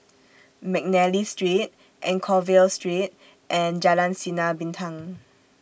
Mcnally Street Anchorvale Street and Jalan Sinar Bintang